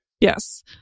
Yes